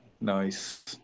Nice